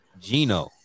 Gino